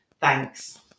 Thanks